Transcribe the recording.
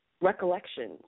recollection